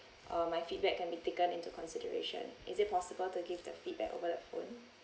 uh my feedback can be taken into consideration is it possible to give the feedback over the phone